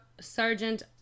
Sergeant